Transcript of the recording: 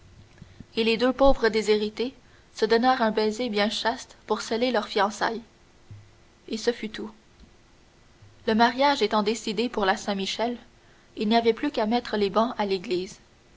et les deux pauvres déshérités se donnèrent un baiser bien chaste pour sceller leurs fiançailles et ce fut tout le mariage étant décidé pour la